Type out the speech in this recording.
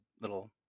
little